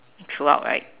throughout right